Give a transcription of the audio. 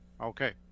Okay